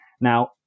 Now